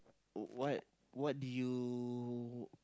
what what did you